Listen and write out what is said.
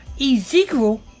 Ezekiel